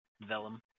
Vellum